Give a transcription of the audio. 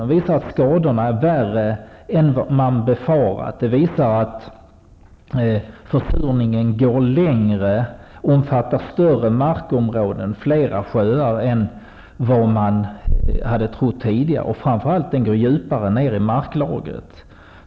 De visar att skadorna är värre än man har befarat, att försurningen går längre och omfattar större markområden och flera sjöar än vad man har trott tidigare. Framför allt går den djupare ner i marklagret.